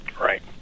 Right